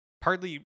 Partly